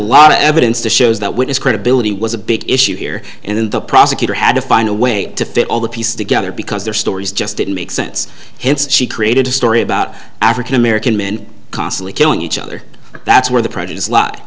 lot of evidence to show that witness credibility was a big issue here in the prosecutor had to find a way to fit all the pieces together because their stories just didn't make sense hence she created a story about african american men constantly killing each other that's where the prejudice l